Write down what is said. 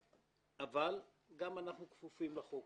אבל גם אנחנו כפופים לחוק,